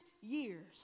years